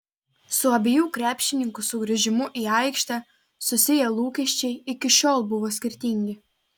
su abiejų krepšininkų sugrįžimu į aikštę susiję lūkesčiai iki šiol buvo skirtingi